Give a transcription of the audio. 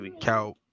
Cow